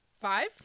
five